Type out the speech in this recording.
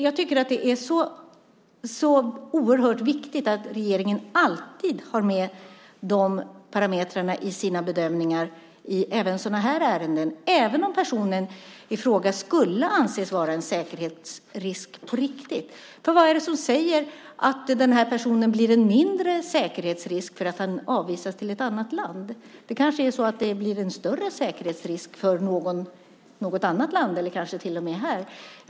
Jag tycker att det är så oerhört viktigt att regeringen alltid har med de parametrarna i sina bedömningar också i sådana här ärenden, även om personen i fråga skulle anses vara en säkerhetsrisk på riktigt. För vad är det som säger att personen blir en mindre säkerhetsrisk för att han avvisas till ett annat land? Det kanske blir en större säkerhetsrisk för något annat land eller till och med här?